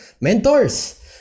mentors